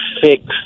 fix